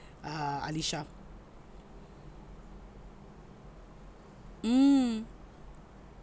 err alisha mm